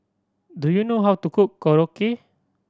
do you know how to cook Korokke